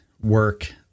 work